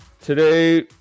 today